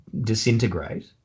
disintegrate